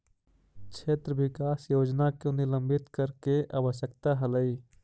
क्षेत्र विकास योजना को निलंबित करे के आवश्यकता हलइ